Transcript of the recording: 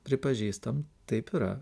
pripažįstam taip yra